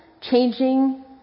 changing